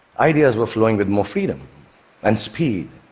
ideas were flowing with more freedom and speed.